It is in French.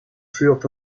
furent